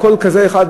כל כזה אחד,